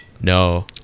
no